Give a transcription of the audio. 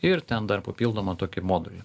ir ten dar papildomą tokį modulį